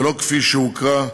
ולא כפי שהוקרא,